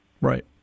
Right